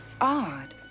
odd